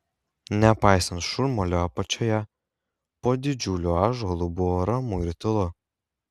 nepaisant šurmulio apačioje po didžiuliu ąžuolu buvo ramu ir tylu